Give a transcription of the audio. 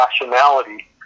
rationality